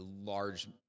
large